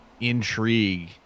intrigue